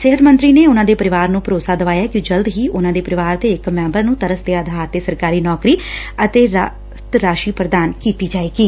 ਸਿਹਤ ਮੰਤਰੀ ਨੇ ਉਨਾਂ ਦੇ ਪਰਿਵਾਰ ਨੰ ਭਰੋਸਾ ਦਵਾਇਆ ਕਿ ਜਲਦ ਹੀ ਉਨਾਂ ਦੇ ਪਰਿਵਾਰ ਦੇ ਇਕ ਮੈਂਬਰ ਨੰ ਤਰਸ ਦੇ ਆਧਾਰ ਤੇ ਸਰਕਾਰੀ ਨੌਕਰੀ ਅਤੇ ਰਾਹਤ ਰਾਸ਼ੀ ਪੁਦਾਨ ਕੀਤੀ ਜਾਏਗੀ